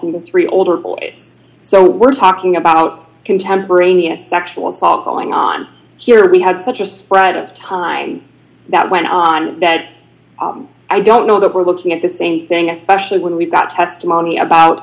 three older boy it's so we're talking about contemporaneous sexual assault going on here we had such a spread of time that went on that i don't know that we're looking at the same thing especially when we've got testimony about